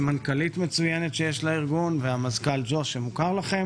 עם מנכ"לית מצוינת שיש לארגון והמזכ"ל ג'וש שמוכר לכם.